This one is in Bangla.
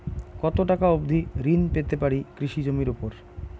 কত টাকা অবধি ঋণ পেতে পারি কৃষি জমির উপর?